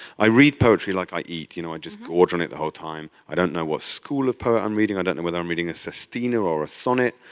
i read poetry like i eat, you know i just gorge on it the whole time. i don't know what school of poet i'm reading, i don't know whether i'm reading a sestina or a sonnet.